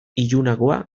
ilunagoa